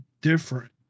different